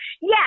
Yes